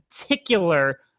particular